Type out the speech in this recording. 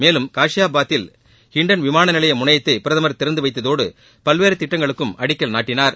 மேலும் காஷியாபாத்தில் ஹிண்டன் விமான நிலைய முனையத்தை பிரதமர் திறந்து வைத்ததோடு பல்வேறு திட்டங்களுக்கும் அடிக்கல் நாட்டினார்